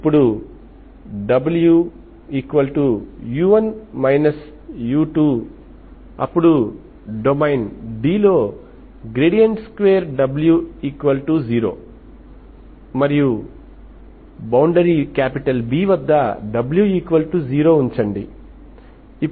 ఇప్పుడు wu1 u2 అప్పుడు domain D లో 2w0 మరియు బౌండరీ B వద్ద w0 ఉంచండి